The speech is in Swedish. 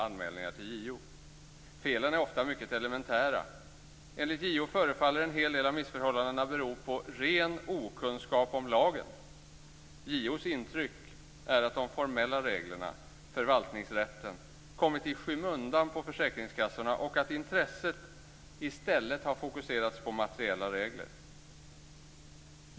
Felen är ofta mycket elementära. Enligt JO förefaller en hel del av missförhållandena bero på ren okunskap om lagen. JO:s intryck är att de formella reglerna, förvaltningsrätten, kommit i skymundan på försäkringskassorna och att intresset i stället fokuserats på materiella regler.